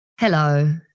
Hello